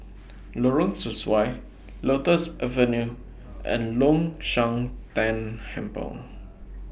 Lorong Sesuai Lotus Avenue and Long Shan Tan Hempel